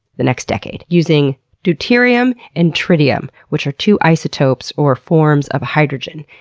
the next decade. using deuterium and tritium, which are two isotopes, or forms, of hydrogen.